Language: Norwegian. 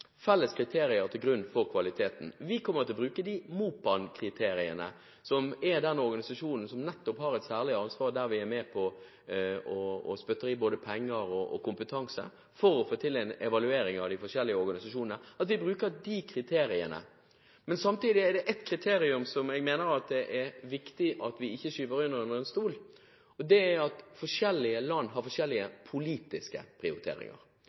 felles kriterier til grunn for kvaliteten. Vi kommer til å bruke MOPAN-kriteriene, som er den organisasjonen som nettopp har et særlig ansvar, og der vi er med på å spytte inn både penger og kompetanse for å få til en evaluering av de forskjellige organisasjonene. Vi bruker de kriteriene. Samtidig er det ett kriterium jeg mener det er viktig vi ikke stikker under stol, og det er at forskjellige land har forskjellige politiske prioriteringer.